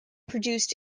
produced